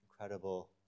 incredible